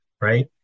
right